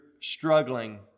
struggling